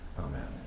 Amen